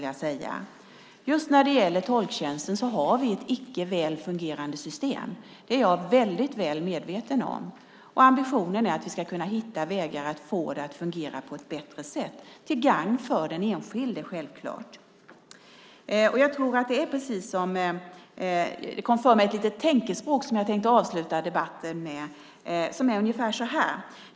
Just när det gäller tolktjänsten har vi ett icke väl fungerande system. Det är jag väl medveten om. Ambitionen är att vi ska hitta vägar att få det att fungera på ett bättre sätt, självklart till gagn för den enskilde. Det kom för mig ett tänkespråk som jag tänkte avsluta debatten med.